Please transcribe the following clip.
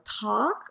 talk